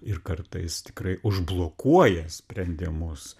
ir kartais tikrai užblokuoja sprendimus